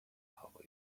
هوای